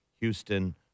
Houston